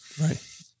Right